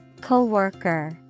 Co-worker